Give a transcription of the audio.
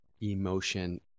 emotion